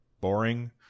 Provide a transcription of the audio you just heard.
boring